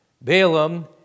Balaam